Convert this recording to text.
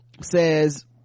says